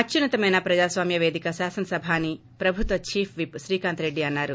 అత్యున్నతమైన ప్రజాస్వామ్న పేదిక శాసనసభ అని ప్రభుత్వ చీఫ్ విప్ శ్రీకాంత్రెడ్డి అన్నారు